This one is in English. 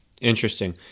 Interesting